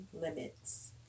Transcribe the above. limits